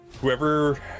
Whoever